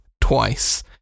twice